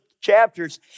chapters